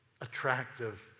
attractive